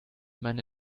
meine